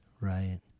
right